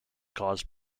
caused